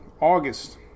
august